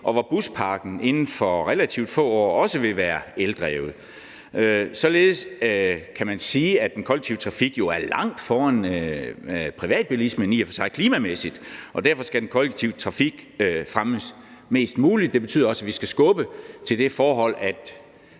og hvor busparken inden for relativt få år også vil være eldrevet. Således kan man sige, at den kollektive trafik jo i og for sig klimamæssigt er langt foran privatbilismen, og derfor skal den kollektive trafik fremmes mest muligt. Det betyder også, at vi skal skubbe på, i forhold